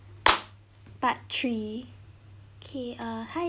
part three okay ah hi